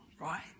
right